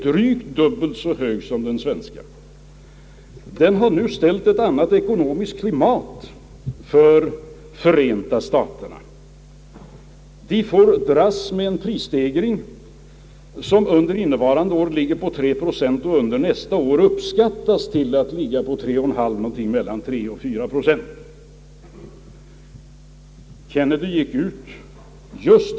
Arbetslösheten i USA är alltså minst dubbelt så stor som hos oss, men man har där ändå fått dras med en prisstegring som för innevarande år ligger vid 3 procent och som för nästa år uppskattas till mellan 3 och 4 procent.